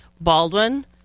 Baldwin